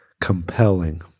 compelling